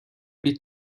die